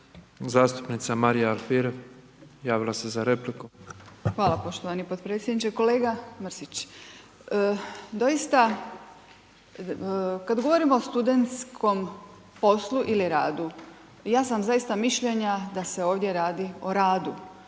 Zastupnica Marija Alfirev, javila se za repliku. **Alfirev, Marija (SDP)** Hvala poštovani potpredsjedniče. Kolega Mrsić, doista kada govorimo o studentskom poslu ili radu, ja sam zaista mišljenja da se ovdje radi o radu.